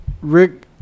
Rick